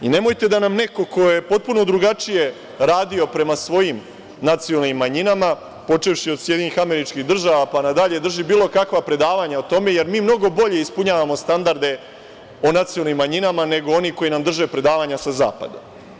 Nemojte da nam neko ko je potpuno drugačije radio prema svojim nacionalnim manjinama, počevši od SAD, pa na dalje, drži bilo kakva predavanja o tome, jer mi mnogo bolje ispunjavamo standarde o nacionalnim manjinama nego oni koji nam drže predavanja sa zapada.